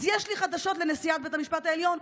אז יש לי חדשות לנשיאת בית המשפט העליון,